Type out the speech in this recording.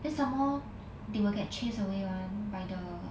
then somemore they will get chase away [one] by the